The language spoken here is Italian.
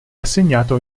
assegnato